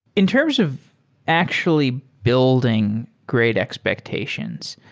in terms of actually building great expectations,